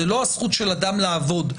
זו לא הזכות של אדם לעבוד,